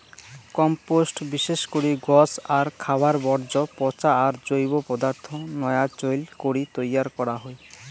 compost বিশেষ করি গছ আর খাবার বর্জ্য পচা আর জৈব পদার্থ নয়া চইল করি তৈয়ার করা হই